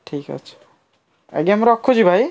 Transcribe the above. ଠିକ୍ ଅଛି ଆଜ୍ଞା ମୁଁ ରଖୁଛି ଭାଇ